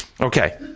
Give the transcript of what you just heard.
Okay